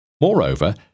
Moreover